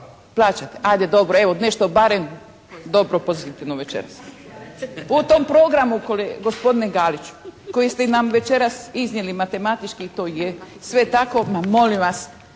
Plaćate? Ajde dobro, evo nešto barem dobro, pozitivno večeras. U tom programu gospodine Galiću koji ste nam večeras iznijeli matematički to je sve tako. Ma molim vas